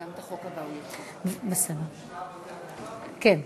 גברתי היושבת-ראש, כנסת נכבדה, אני ממלא,